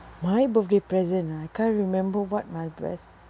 my birthday present ah can't remember what my best